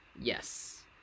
yes